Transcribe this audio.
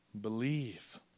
believe